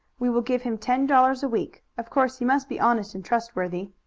we will give him ten dollars a week. of course he must be honest and trustworthy.